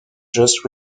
just